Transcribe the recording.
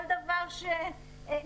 כל דבר שנגרר